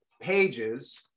pages